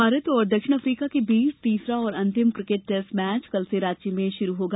cricket Bharat और दक्षिण Africa के बीच तीसरा और अंतिम क्रिकेट टेस्ट मैच कल से रांची में शुरू होगा